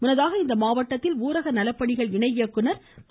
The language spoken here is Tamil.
முன்னதாக இம்மாவட்டத்தில் ஊரக நலப்பணிகள் இணை இயக்குநர் திரு